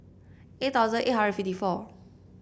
eight thousand eight hundred fifty four